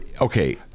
okay